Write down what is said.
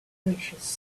precious